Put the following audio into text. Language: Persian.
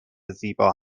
زیبا